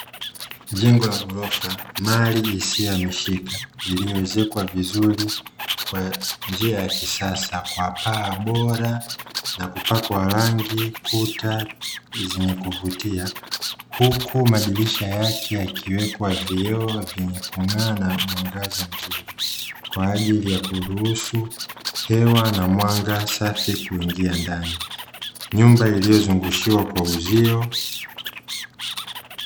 Jengo la gorofa mali isiyohamishika iliyoezekwa vizuri kwa njia ya kisasa, kwa paa bora na kupakwa wa rangi kuta zenye kuvutia, huku madirisha yake yakiwekwa vioo vyenye kung'aa na mwangaza mzuri ,kwa ajili ya kuruhusu hewa na mwanga safi kuingia ndani, nyumba iliyozungushiwa kwa uzio.